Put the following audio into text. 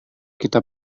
kita